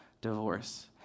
divorce